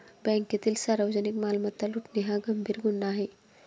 बँकेतील सार्वजनिक मालमत्ता लुटणे हा गंभीर गुन्हा आहे